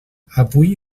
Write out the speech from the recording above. avui